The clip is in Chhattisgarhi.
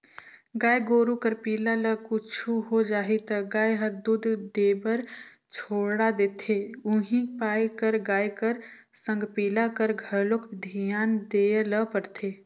गाय गोरु कर पिला ल कुछु हो जाही त गाय हर दूद देबर छोड़ा देथे उहीं पाय कर गाय कर संग पिला कर घलोक धियान देय ल परथे